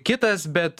kitas bet